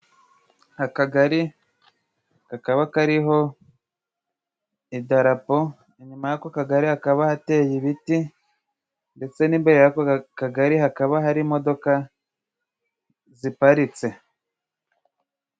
Akagari kakaba kariho idarapo, inyuma y'ako kagari hakaba hateye ibiti ,ndetse n'imbere yako kagari hakaba hari imodoka ziparitse.